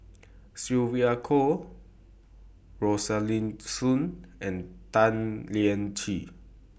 Sylvia Kho Rosaline Soon and Tan Lian Chye